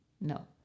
No